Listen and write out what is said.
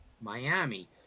Miami